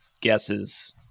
guesses